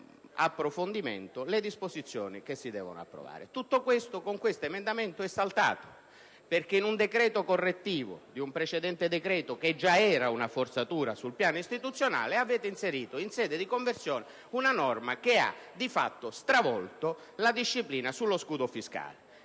approfondita le disposizioni che si devono approvare. Tutto ciò con l'emendamento 1.3500 è saltato. Infatti, in un decreto correttivo di un precedente decreto, che già era una forzatura sul piano istituzionale, avete inserito, in sede di conversione, una norma che ha di fatto stravolto la disciplina sullo scudo fiscale,